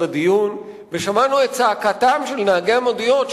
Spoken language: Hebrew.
בדיון ושמענו את צעקתם של נהגי המוניות,